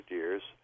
years